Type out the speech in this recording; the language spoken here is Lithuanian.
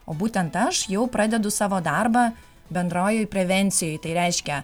o būtent aš jau pradedu savo darbą bendrojoj prevencijoj tai reiškia